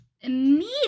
immediately